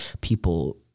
people